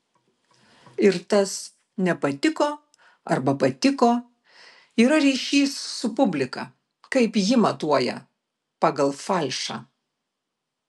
ir tas nepatiko arba patiko yra ryšys su publika kaip ji matuoja pagal falšą